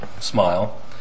smile